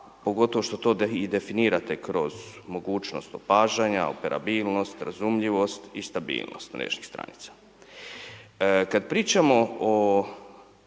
pogotovo što to i definirate kroz mogućnost opažanja, operabilnost, razumljivost i stabilnost mrežnih stranica. Kad pričamo o